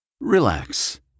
Relax